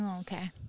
okay